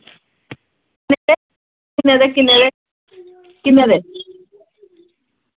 किन्ने दे किन्ने दे किन्ने दे